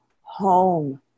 home